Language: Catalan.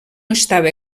estava